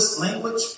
language